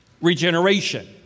regeneration